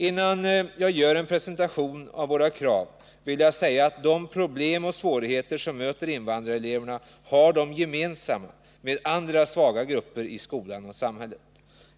Innan jag gör en presentation av våra krav vill jag säga att de problem och svårigheter som möter invandrareleverna har de gemensamma med andra svaga grupper i skolan och samhället.